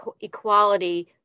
equality